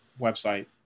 website